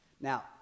Now